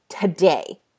today